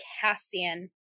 Cassian